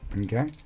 Okay